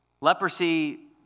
Leprosy